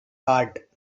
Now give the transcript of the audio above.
heart